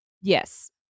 Yes